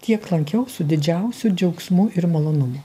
tiek lankiau su didžiausiu džiaugsmu ir malonumu